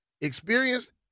experience